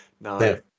No